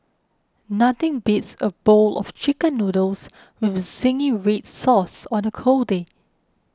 nothing beats a bowl of Chicken Noodles with Zingy Red Sauce on a cold day